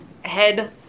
head